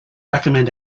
recommend